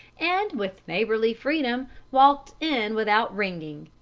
and, with neighborly freedom, walked in without ringing.